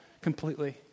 completely